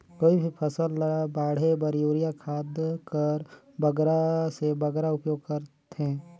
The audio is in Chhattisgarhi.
कोई भी फसल ल बाढ़े बर युरिया खाद कर बगरा से बगरा उपयोग कर थें?